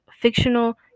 fictional